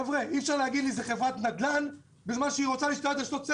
אי אפשר להגיד שזאת חברת נדל"ן בזמן שהיא רוצה להשתלט על רשתות סלולר.